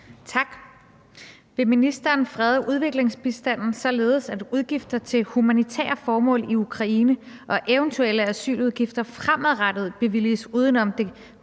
(EL): Vil ministeren frede udviklingsbistanden, således at udgifter til humanitære formål i Ukraine og eventuelle asyludgifter fremadrettet bevilliges uden om det